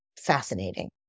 fascinating